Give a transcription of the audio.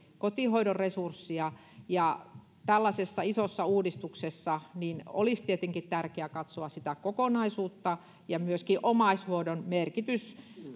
kotihoidon resursseja tällaisessa isossa uudistuksessa olisi tietenkin tärkeää katsoa sitä kokonaisuutta ja myöskin omaishoidon merkitys